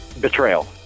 Betrayal